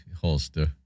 Holster